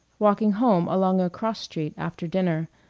walking home along a cross-street after dinner,